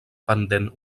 pendent